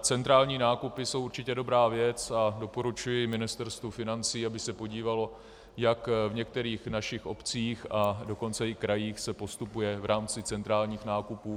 centrální nákupy jsou určitě dobrá věc, a doporučuji Ministerstvu financí, aby se podívalo, jak v některých našich obcích, a dokonce i krajích se postupuje v rámci centrálních nákupů.